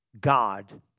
God